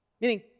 Meaning